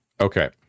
Okay